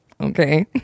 okay